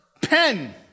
Pen